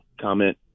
comment